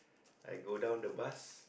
I go down the bus